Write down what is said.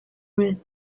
route